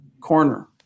corner